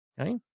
Okay